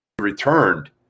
returned